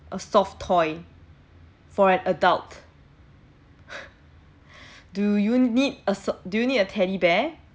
a soft toy for an adult do you need a sof~ do you need a teddy bear